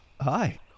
hi